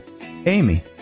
Amy